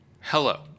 Hello